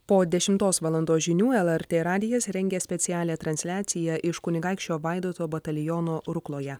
po dešimtos valandos žinių elartė radijas rengia specialią transliaciją iš kunigaikščio vaidoto bataliono rukloje